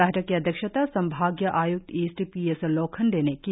बैठक की अध्यक्षता संभागीय आयुक्त ईस्ट पी एस लोखंडे ने की